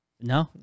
No